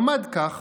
עמד כך,